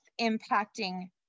impacting